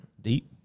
Deep